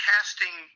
casting